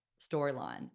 storyline